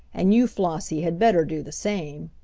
and you, flossie, had better do the same.